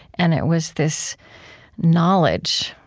and it was this knowledge,